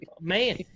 man